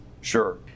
Sure